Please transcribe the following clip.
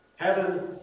Heaven